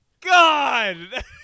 God